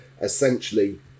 essentially